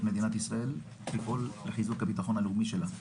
מדינת ישראל ולפעול לחיזוק הביטחון הלאומי שלה.